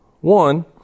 One